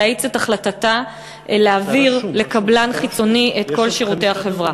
להאיץ את החלטתה להעביר לקבלן חיצוני את כל שירותי החברה.